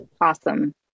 awesome